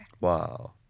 Wow